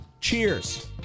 Cheers